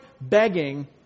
begging